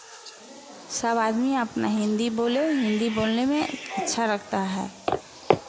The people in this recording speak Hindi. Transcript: सब आदमी अपना हिन्दी बोले हिन्दी बोलने में अच्छा लगता है